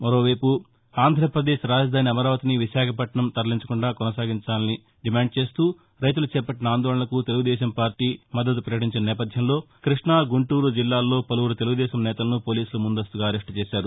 మరోవైపు ఆం ధ్రపదేశ్ రాజధాని అమరావతిని విశాఖపట్టణం తరలించకుండా కొనసాగించాలని డిమాండ్ చేస్తూ రైతులు చేపట్టిన ఆందోళనకు తెలుగుదేశం పార్టీ మద్దతు ప్రకటించిన నేపథ్యంలో క్బష్టా గుంటూరు జిల్లాల్లో పలుపురు తెలుగుదేశం నేతలను పోలీసులు ముందస్తుగా అరెస్టు చేశారు